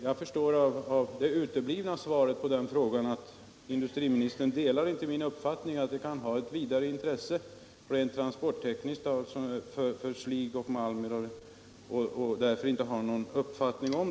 Jag förstår av det uteblivna svaret på den frågan att industriministern inte delar min uppfattning att en sådan transportteknisk utredning kan ha ett vidare intresse när det gäller transporter av slig och malm.